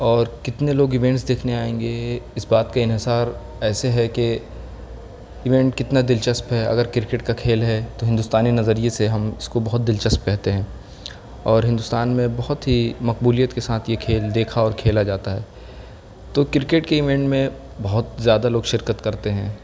اور کتنے لوگ ایونٹس دیکھنے آئیں گے اس بات کا انحصار ایسے ہے کہ ایونٹ کتنا دلچسپ ہے اگر کرکٹ کا کھیل ہے تو ہندوستانی نظریے سے ہم اس کو بہت دلچسپ کہتے ہیں اور ہندوستان میں بہت ہی مقبولیت کے ساتھ یہ کھیل دیکھا اور کھیلا جاتا ہے تو کرکٹ کے ایمنٹ میں بہت زیادہ لوگ شرکت کرتے ہیں